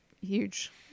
huge